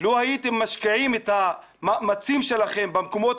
לו הייתם משקיעים את המאמצים שלכם במקומות